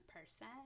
person